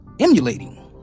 emulating